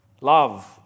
love